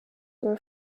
were